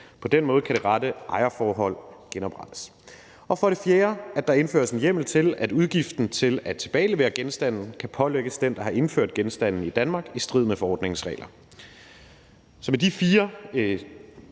På den måde kan det rette ejerforhold genoprettes. For det fjerde foreslås det, at der indføres en hjemmel til, at udgiften til at tilbagelevere genstanden kan pålægges den, der har indført genstanden i Danmark i strid med forordningens regler. Med de fire